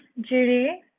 Judy